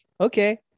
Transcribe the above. okay